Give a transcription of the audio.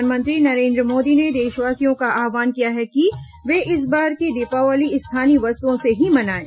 प्रधानमंत्री नरेंद्र मोदी ने देशवासियों का आव्हान किया है कि वे इस बार की दीपावली स्थानीय वस्तुओं से ही मनाएं